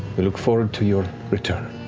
look forward to your return.